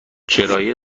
کرایه